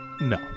no